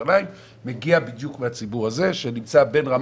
ישנן תרומות שהן לא בהכרח מגופים יהודיים ולכן